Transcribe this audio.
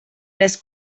les